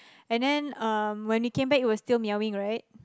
and then um when we came back it was still meowing right